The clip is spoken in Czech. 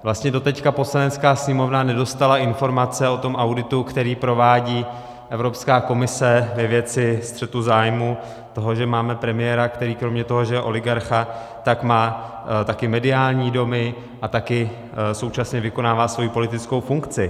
Vlastně doteď Poslanecká sněmovna nedostala informace o tom auditu, který provádí Evropská komise ve věci střetu zájmů, toho, že máme premiéra, který kromě toho, že je oligarcha, tak má také mediální domy a také současně vykonává svoji politickou funkci.